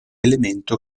elemento